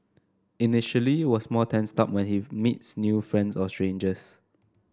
initially was more tensed up when he meets new friends or strangers